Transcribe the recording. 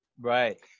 right